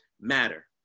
matter